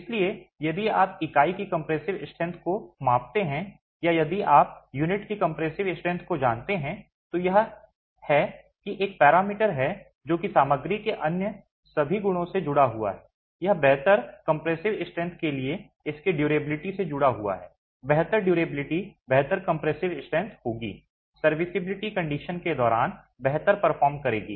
इसलिए यदि आप इकाई की कंप्रेसिव स्ट्रेंथ को मापते हैं या यदि आप यूनिट की कंप्रेसिव स्ट्रेंथ को जानते हैं तो यह है कि एक पैरामीटर जो कि सामग्री के अन्य सभी गुणों से जुड़ा हुआ है यह बेहतर कंप्रेसिव स्ट्रेंथ के लिए इसकी ड्यूरेबिलिटी से जुड़ा हुआ है बेहतर ड्यूरेबिलिटी बेहतर कंप्रेसिव स्ट्रेंथ होगी सर्विसिबिलिटी कंडीशन के दौरान बेहतर परफॉर्म करेगी